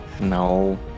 no